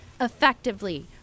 effectively